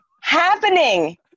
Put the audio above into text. happening